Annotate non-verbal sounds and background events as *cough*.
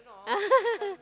*laughs*